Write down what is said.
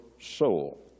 soul